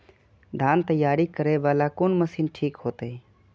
धान तैयारी करे वाला कोन मशीन ठीक होते?